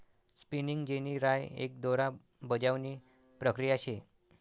spinning जेनी राय एक दोरा बजावणी प्रक्रिया शे